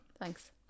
Thanks